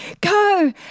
Go